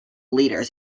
leaders